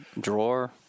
drawer